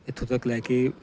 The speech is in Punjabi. ਇੱਥੋਂ ਤੱਕ ਲੈ ਕੇ